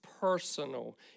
personal